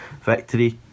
victory